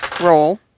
roll